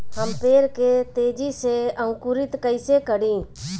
हम पेड़ के तेजी से अंकुरित कईसे करि?